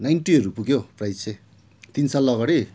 नाइन्टिहरू पुग्यो प्राइस चाहिँ तिन साल अगाडि